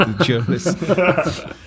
journalist